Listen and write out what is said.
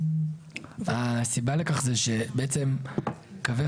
הסיבה לכך זה שעצם קווי